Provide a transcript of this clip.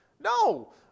No